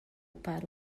para